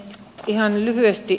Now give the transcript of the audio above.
ihan lyhyesti